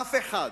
אף אחד,